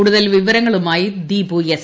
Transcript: കൂടുതൽ വിവരങ്ങളുമായി ദീപു എസ്